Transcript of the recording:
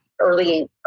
early